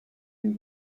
and